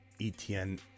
ETN